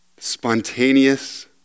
spontaneous